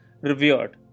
revered